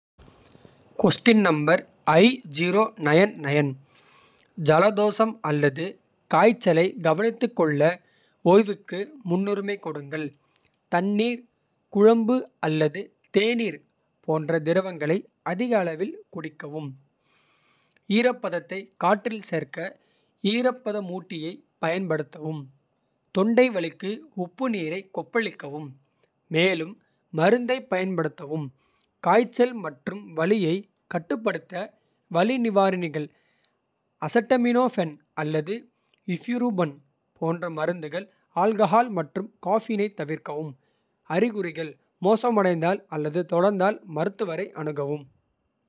ஜலதோஷம் அல்லது காய்ச்சலைக் கவனித்துக்கொள்ள. ஓய்வுக்கு முன்னுரிமை கொடுங்கள் தண்ணீர். குழம்பு அல்லது தேநீர் போன்ற திரவங்களை அதிக அளவில். குடிக்கவும் ஈரப்பதத்தை காற்றில் சேர்க்க ஈரப்பதமூட்டியைப். பயன்படுத்தவும் தொண்டை வலிக்கு உப்புநீரைக் கொப்பளிக்கவும். மேலும் மருந்தைப் பயன்படுத்தவும் காய்ச்சல் மற்றும். வலியைக் கட்டுப்படுத்த வலி நிவாரணிகள் அசெட்டமினோ. பென் அல்லது இப்யூபுரூஃபன் போன்ற மருந்துகள். ஆல்கஹால் மற்றும் காஃபினைத் தவிர்க்கவும். அறிகுறிகள் மோசமடைந்தால் அல்லது தொட. ர்ந்தால் மருத்துவரை அணுகவும்.